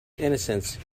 innocence